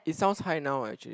it sounds high now ah actually